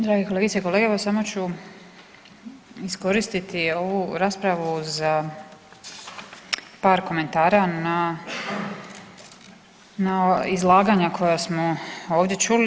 Drage kolegice i kolege evo samo ću iskoristiti ovu raspravu za par komentara na izlaganja koja smo ovdje čuli.